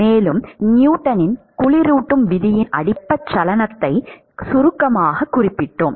மேலும் நியூட்டனின் குளிரூட்டும் விதியின் அடிப்படையில் வெப்பச்சலனத்தை சுருக்கமாக குறிப்பிட்டோம்